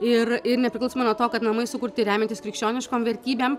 ir ir nepriklausomai nuo to kad namai sukurti remiantis krikščioniškom vertybėm